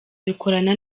dukorana